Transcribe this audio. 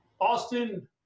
Austin